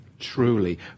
Truly